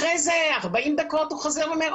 אחרי 40 דקות הוא חוזר ואומר,